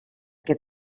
què